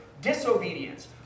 disobedience